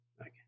Okay